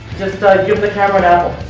give the camera an apple.